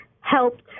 helped